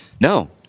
No